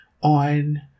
on